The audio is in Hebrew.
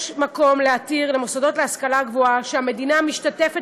יש מקום להתיר למוסדות להשכלה גבוהה שהמדינה משתתפת